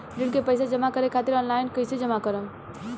ऋण के पैसा जमा करें खातिर ऑनलाइन कइसे जमा करम?